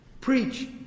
Preach